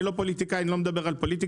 אני לא פוליטיקאי ולא מדבר על פוליטיקה